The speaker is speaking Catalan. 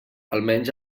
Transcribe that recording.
almenys